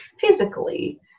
physically